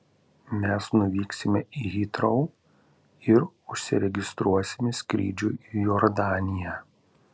mes nuvyksime į hitrou ir užsiregistruosime skrydžiui į jordaniją